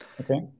okay